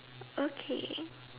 okay